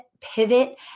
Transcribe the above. pivot